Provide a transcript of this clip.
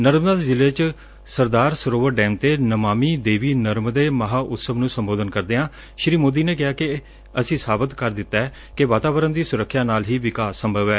ਨਰਮਦਾ ਜ਼ਿਲੇ ਚ ਸਰਦਾਰ ਸਰੋਵਰ ਡੈਮ ਤੇ ਨਮਾਮੀ ਦੇਵੀ ਨਰਮਦੇ ਮਹਾਉਤਸਵ ਨੁੰ ਸੰਬੋਧਨ ਕਰਦਿਆਂ ਸ੍ਰੀ ਸੋਦੀ ਨੇ ਕਿਹਾ ਕਿ ਅਸੀਂ ਸਾਬਿਤ ਕਰ ਦਿੱਤੈ ਕਿ ਵਾਤਾਵਰਨ ਦੀ ਸੁਰੱਖਿਆ ਨਾਲ ਵੀ ਵਿਕਾਸ ਸੰਭਵ ਏ